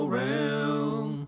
round